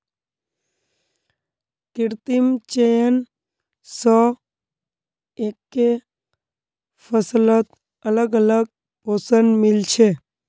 कृत्रिम चयन स एकके फसलत अलग अलग पोषण मिल छे